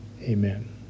Amen